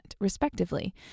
respectively